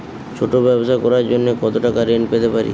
ছোট ব্যাবসা করার জন্য কতো টাকা ঋন পেতে পারি?